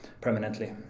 permanently